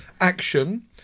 Action